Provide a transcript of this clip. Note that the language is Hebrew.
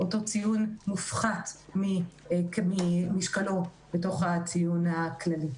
אותו ציון מופחת ממשקלו בתוך הציון הכללי.